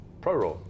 Pro-Raw